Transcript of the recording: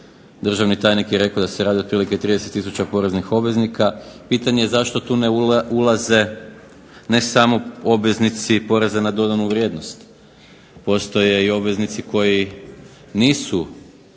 Državni tajnik je rekao da se radi otprilike 30000 poreznih obveznika. Pitanje je zašto tu ne ulaze ne samo obveznici poreza na dodanu vrijednost. Postoje i obveznici koji nisu